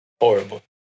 Horrible